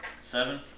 Seven